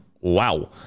Wow